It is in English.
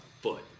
foot